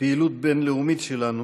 לפעילות בין-לאומית שלנו.